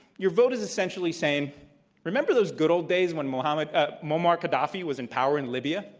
your vote is essentially saying remember those good old days when muammar ah muammar gaddafi was in power in libya?